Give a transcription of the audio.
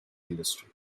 industry